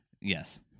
Yes